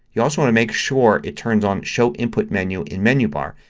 you also want to make sure it turns on show input menu in menu bar.